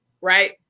right